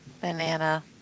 Banana